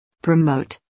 promote